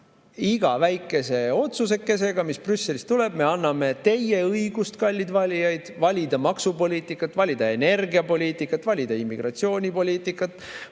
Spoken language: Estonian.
iga väikese otsusekesega, mis Brüsselist tuleb, me anname, kallid valijad, ära teie õigust valida maksupoliitikat, valida energiapoliitikat, valida immigratsioonipoliitikat,